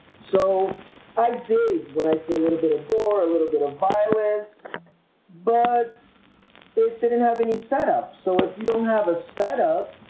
so i dig when i see a little bit of gore a little bit of violence but it didn't have any set up. so if you don't have a set up